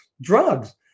drugs